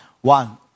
one